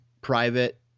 private